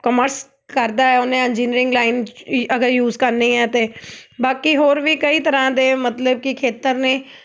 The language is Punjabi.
ਕਮਰਸ ਕਰਦਾ ਉਹਨੇ ਇੰਜੀਨੀਅਰਿੰਗ ਲਾਈਨ ਅਗਰ ਯੂਜ ਕਰਨੀ ਹੈ ਤਾਂ ਬਾਕੀ ਹੋਰ ਵੀ ਕਈ ਤਰ੍ਹਾਂ ਦੇ ਮਤਲਬ ਕਿ ਖੇਤਰ ਨੇ